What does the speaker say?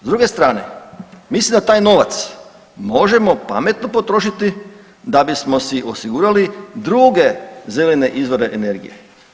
S druge strane, mislim da taj novac možemo pametno potrošiti da bismo si osigurali druge zelene izvore energije.